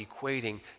equating